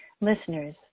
listeners